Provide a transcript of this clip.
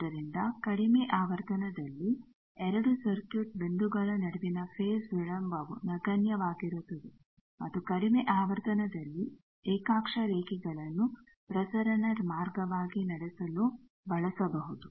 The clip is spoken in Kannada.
ಆದ್ದರಿಂದ ಕಡಿಮೆ ಆವರ್ತನದಲ್ಲಿ 2 ಸರ್ಕ್ಯೂಟ್ ಬಿಂದುಗಳ ನಡುವಿನ ಫೇಜ್ ವಿಳಂಬವು ನಗಣ್ಯವಾಗಿರುತ್ತದೆ ಮತ್ತು ಕಡಿಮೆ ಆವರ್ತನದಲ್ಲಿ ಏಕಾಕ್ಷ ರೇಖೆಗಳನ್ನು ಪ್ರಸರಣ ಮಾರ್ಗವಾಗಿ ನಡೆಸಲು ಬಳಸಬಹುದು